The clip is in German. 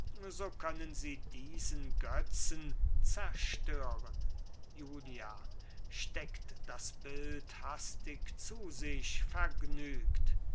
so können sie diesen götzen zerstören julia steckt das bild hastig zu sich vergnügt